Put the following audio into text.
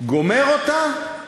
גומר אותה,